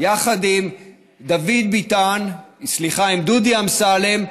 יחד עם דוד ביטן, סליחה, עם דודי אמסלם,